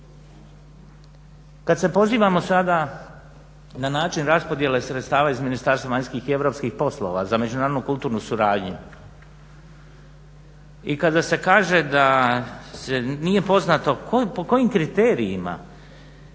Kada se pozivamo sada na način raspodjele sredstava iz Ministarstva vanjskih i europskih poslova za međunarodnu kulturnu suradnju i kada se kaže da nije poznato po kojim kriterijima